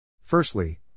Firstly